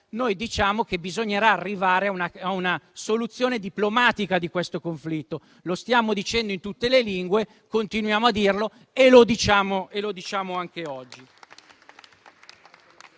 Noi diciamo che bisognerà arrivare a una soluzione diplomatica del conflitto. Lo stiamo dicendo in tutte le lingue, continuiamo a dirlo e lo facciamo anche oggi.